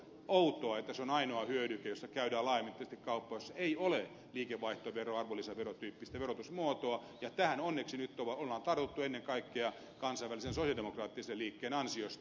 outoa että se on ainoa hyödyke josta käydään laajemmin tietysti kauppaa jossa ei ole liikevaihtoveron ja arvonlisäveron tyyppistä verotusmuotoa ja tähän onneksi nyt on tartuttu ennen kaikkea kansainvälisen sosialidemokraattisen liikkeen ansiosta